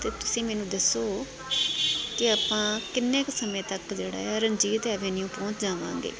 ਅਤੇੇ ਤੁਸੀਂ ਮੈਨੂੰ ਦੱਸੋ ਕਿ ਆਪਾਂ ਕਿੰਨੇ ਕੁ ਸਮੇਂ ਤੱਕ ਜਿਹੜਾ ਹੈ ਰਣਜੀਤ ਐਵਨਿਊ ਪਹੁੰਚ ਜਾਵਾਂਗੇ